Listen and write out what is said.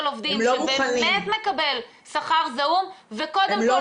עובדים ובאמת מקבל שכר זעום וקודם כל עוזרים לו.